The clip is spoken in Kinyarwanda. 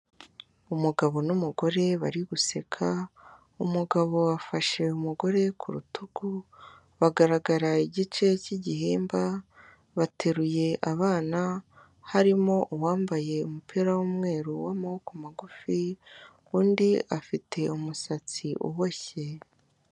Umugabo n'umugore bari guseka, umugabo afashe umugore ku rutugu, bagaragara igice k'igihimba, bateruye abana, harimo uwambaye umupira w'umweru w'amaboko magufi, undi afite umusatsi uboshye.